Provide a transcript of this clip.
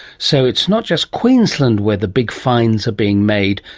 so it's not just queensland where the big finds are being made,